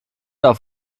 auf